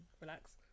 relax